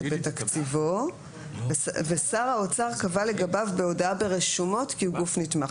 בתקציבו ושר האוצר קבע לגביו בהודעה ברשומות כי הוא גוף נתמך.